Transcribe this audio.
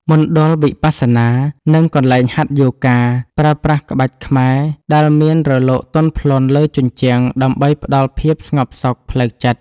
មណ្ឌលវិបស្សនា និងកន្លែងហាត់យូហ្គា ប្រើប្រាស់ក្បាច់ខ្មែរដែលមានរលកទន់ភ្លន់លើជញ្ជាំង ដើម្បីផ្ដល់ភាពស្ងប់សុខផ្លូវចិត្ត។